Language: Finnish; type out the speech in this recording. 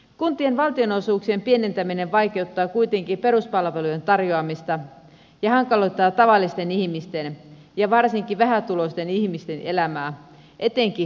kuntien valtionosuuksien pienentäminen vaikeuttaa kuitenkin peruspalvelujen tarjoamista ja hankaloittaa tavallisten ihmisten ja varsinkin vähätuloisten ihmisten elämää etenkin perusterveydenhuollon osalta